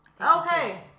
Okay